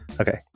okay